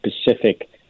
specific